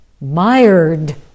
mired